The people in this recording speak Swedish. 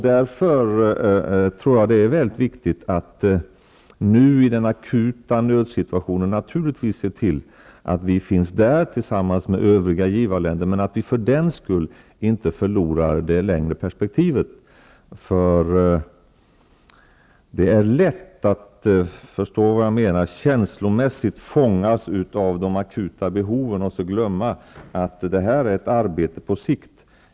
Därför tror jag att det är mycket viktigt att man i den akuta nödsituationen ser till att Sverige finns med tillsammans med övriga givarländer utan att för den skull förlora det längre perspektivet. Det är lätt att känslomässigt fångas av de akuta behoven och glömma att det rör sig om ett arbete på sikt.